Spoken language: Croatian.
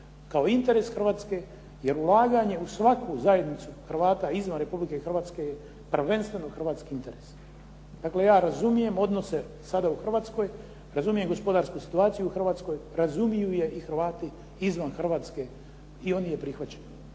kao interes Hrvatske jer ulaganja u svaku zajednicu Hrvata izvan Republike Hrvatske je prvenstveno hrvatski interes. Dakle, ja razumijem odnose sada u Hrvatskoj, razumijem gospodarsku situaciju u Hrvatskoj, razumiju je i Hrvati izvan Hrvatske, i oni je prihvaćaju.